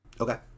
Okay